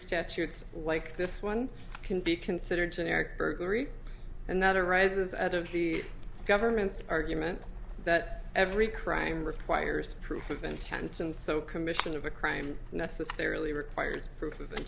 statutes like this one can be considered generic burglary another rises out of the government's argument that every crime requires proof of intense and so commission of a crime necessarily requires pro